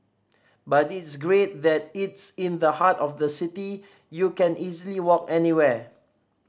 but it's great that it's in the heart of the city you can easily walk anywhere